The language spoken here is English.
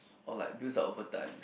or like builds up overtimes